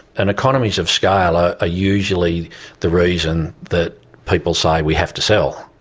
and economies of scale are ah usually the reason that people say we have to sell.